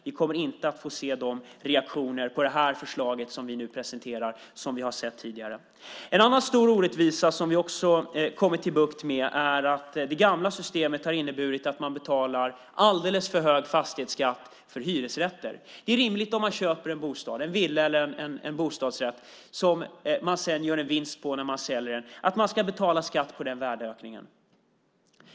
Vi kommer inte att få se sådana reaktioner på det förslag som vi nu presenterar som vi har sett tidigare. Det finns en annan stor orättvisa som vi också kommer att få bukt med. Det gamla systemet har inneburit att man betalar alldeles för hög fastighetsskatt för hyresrätter. När man köper en bostad, en villa eller en bostadsrätt som man sedan gör en vinst på när man säljer, är det rimligt att betala skatt på den värdeökningen.